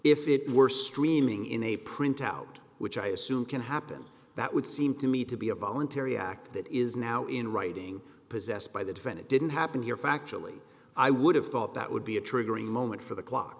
if it were streaming in a printout which i assume can happen that would seem to me to be a voluntary act that is now in writing possessed by the defendant didn't happen here factually i would have thought that would be a triggering moment for the clock